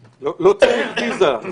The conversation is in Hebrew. אתה מוזמן לבקר, לא צריך ויזה לשם.